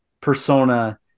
persona